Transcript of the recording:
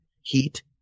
heat